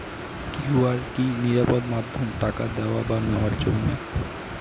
QR কি নিরাপদ মাধ্যম টাকা দেওয়া বা নেওয়ার জন্য?